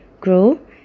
grow